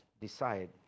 decide